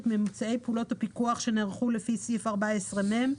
את ממצאי פעולות הפיקוח שנערכו לפי סעיף 14מ,